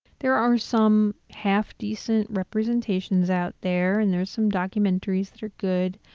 there are some half-decent representations out there and there's some documentaries that are good.